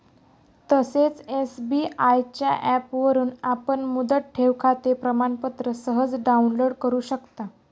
तसेच एस.बी.आय च्या ऍपवरून आपण मुदत ठेवखाते प्रमाणपत्र सहज डाउनलोड करु शकता